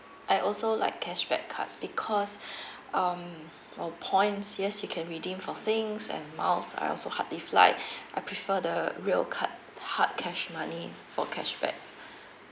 I also like cashback cards because um um points yes you can redeem for things and miles I also hardly fly I prefer the real card hard cash money or cashback